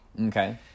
Okay